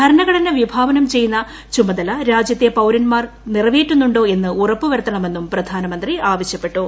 ഭരണഘടനവിഭാവനം ചെയ്യുന്ന ചുമതല രാജ്യത്തെ പൌരൻമാർ നിറവേറ്റുന്നുണ്ടോ എന്ന് ഉറപ്പുവരുത്തണമെന്നും പ്രധാനമന്ത്രി ആവശ്യപ്പെട്ടു